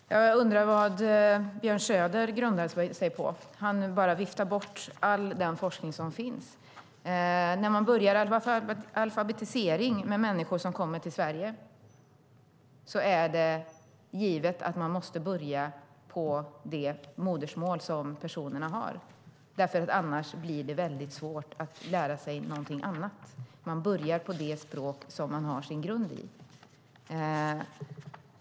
Fru talman! Jag undrar vad Björn Söder grundar sin uppfattning på. Han bara viftar bort all den forskning som finns. När man påbörjar alfabetisering med människor som kommer till Sverige är det givet att man måste börja på det modersmål som personen har. Annars blir det väldigt svårt att lära sig någonting annat. Man börjar på det språk som man har sin grund i.